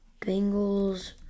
Bengals